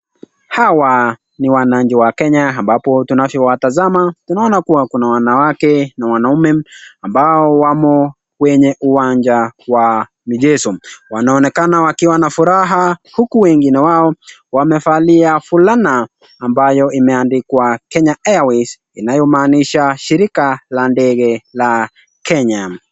Hawa ni wananchi wa Kenya ambapo tunavyowatazama tunaona kuwa kuna wanawake na wanaume ambao wamo kwenye uwanja wa mchezo. Wanaonekana wakiwa na furaha huku wengine wao wamevalia fulana ambayo imeandikwa Kenya Airways inayomaanisha shirika la ndege la Kenya.